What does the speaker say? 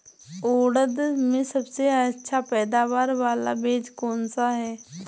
उड़द में सबसे अच्छा पैदावार वाला बीज कौन सा है?